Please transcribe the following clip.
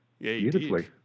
beautifully